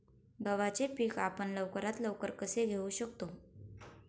गव्हाचे पीक आपण लवकरात लवकर कसे घेऊ शकतो?